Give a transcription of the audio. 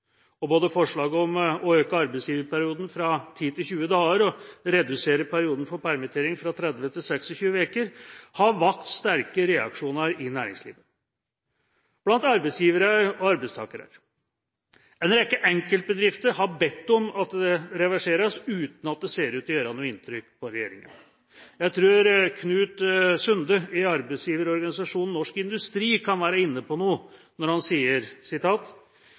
Både forslaget om å øke arbeidsgiverperioden fra 10 til 20 dager og redusere perioden for permittering fra 30 til 26 uker har vakt sterke reaksjoner i næringslivet, blant arbeidsgivere og arbeidstakere. En rekke enkeltbedrifter har bedt om at dette reverseres uten at det ser ut til å gjøre inntrykk på regjeringa. Jeg tror Knut E. Sunde i arbeidsgiverorganisasjonen Norsk Industri kan være inne på noe når han sier: